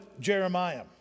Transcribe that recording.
Jeremiah